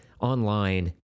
online